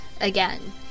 again